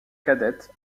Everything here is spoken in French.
cadette